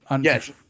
Yes